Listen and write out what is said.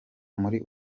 muri